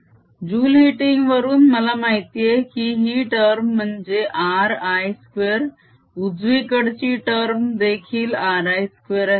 2πaI2a2RI2length dWdt0enegy flowing in joule heating वरून मला माहितेय की ही टर्म म्हणजे RI2 उजवीकडची टर्म देखील RI2 आहे